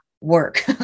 work